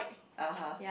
ah uh